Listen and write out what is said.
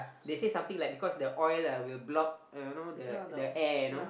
they say something like because the oil will block I don't know the the air you know